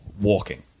walking